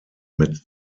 mit